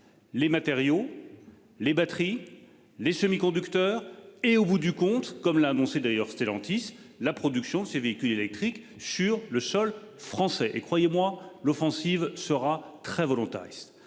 Les matériaux. Les batteries. Les semi-conducteurs et au bout du compte, comme l'a annoncé d'ailleurs Stellantis la production ces véhicules électriques sur le sol français et croyez-moi l'offensive sera très volontariste